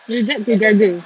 they get together